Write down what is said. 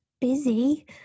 busy